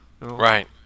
Right